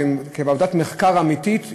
כעבודת מחקר אמיתית,